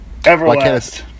Everlast